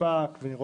נושא